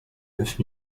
neuf